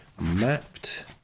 mapped